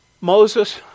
Moses